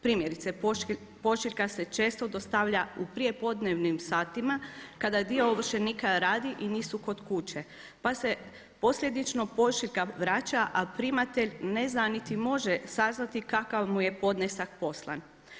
Primjerice pošiljka se često dostavlja u prijepodnevnim satima kada dio ovršenika radi i nisu kod kuće pa se posljedično pošiljka vraća, a primatelj ne zna niti može saznati kakav mu je podnesak poslan.